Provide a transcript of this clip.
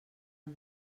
amb